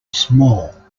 small